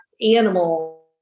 animal